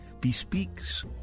bespeaks